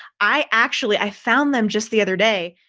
i actually i found them just the other day.